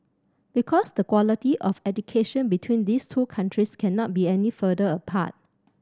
because the quality of education between these two countries cannot be any further apart